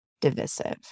divisive